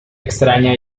extraña